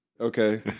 Okay